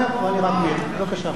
אמרתם שהכלכלה מצוינת,